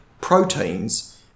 proteins